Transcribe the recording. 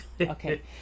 Okay